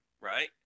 right